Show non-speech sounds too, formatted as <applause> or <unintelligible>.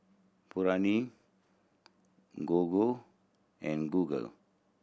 <unintelligible> Gogo and Google